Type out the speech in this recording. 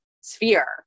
sphere